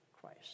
Christ